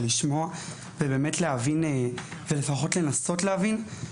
לשמוע ובאמת להבין או לפחות לנסות להבין.